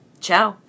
ciao